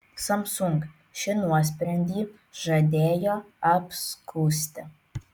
samsung šį nuosprendį žadėjo apskųsti